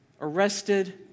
Arrested